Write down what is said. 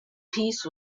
piece